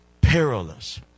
perilous